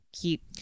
Keep